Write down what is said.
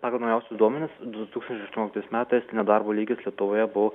pagal naujausius duomenis du tūkstančiai aštuonioliktais metais nedarbo lygis lietuvoje buvo